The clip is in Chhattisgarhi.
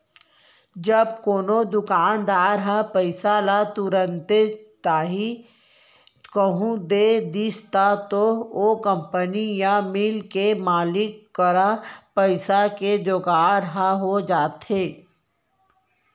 जब कोनो दुकानदार ह पइसा ल तुरते ताही कहूँ दे दिस तब तो ओ कंपनी या मील के मालिक करा पइसा के जुगाड़ ह हो जाथे